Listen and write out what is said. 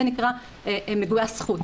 זה נקרא מגויס חוץ,